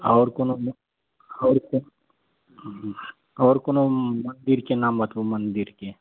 आओर कोनो आओर कु आओर कोनो मन्दिरके नाम बतबू मन्दिरके